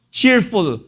cheerful